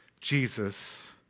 Jesus